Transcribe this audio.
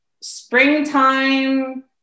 springtime